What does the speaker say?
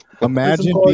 imagine